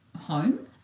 home